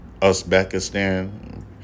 Uzbekistan